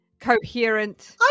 coherent